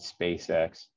SpaceX